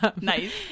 Nice